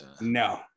No